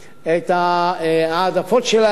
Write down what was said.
את ההעדפות שלהם